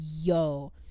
yo